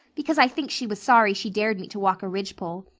because i think she was sorry she dared me to walk a ridgepole.